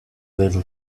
little